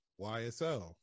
YSL